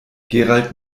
gerald